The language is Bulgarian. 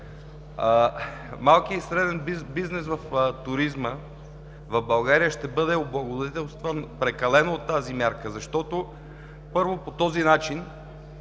Малкият и среден бизнес в туризма в България ще бъде облагодетелстван прекалено от тази мярка, защото, първо, по този начин